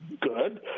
good